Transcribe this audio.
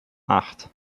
acht